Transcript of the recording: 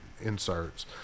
inserts